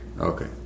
Okay